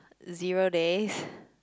zero days